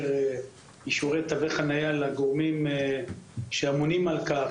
אישורי תווי חניה היו עוברים לגורמים שאמונים על-כך,